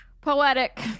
Poetic